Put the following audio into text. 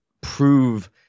prove